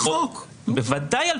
אם דיברת על